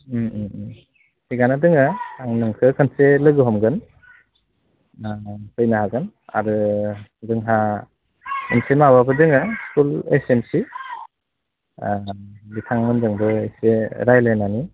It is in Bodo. थिगानो दोङो आं नोंखो खनसे लोगो हमगोन नों फैनो हागोन आरो जोंहा मोनसे माबाबो दोङो स्कुल एस एम सि बिथांमोनजोंबो एसे रायज्लायनानै